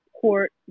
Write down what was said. court